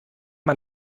man